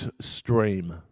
stream